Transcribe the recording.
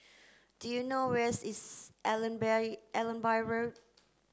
do you know where's is Allenby Road